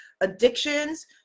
addictions